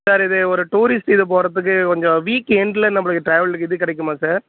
sir இது ஒரு tourist இது போகிறதுக்கு கொஞ்சம் வீக் எண்டில் நம்மளுக்கு ட்ராவலுக்கு இது கிடைக்குமா சார்